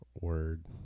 word